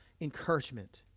encouragement